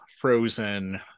frozen